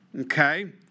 okay